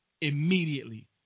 immediately